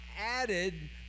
added